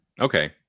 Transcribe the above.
Okay